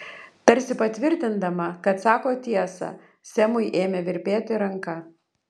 tarsi patvirtindama kad sako tiesą semui ėmė virpėti ranka